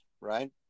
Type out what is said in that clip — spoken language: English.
right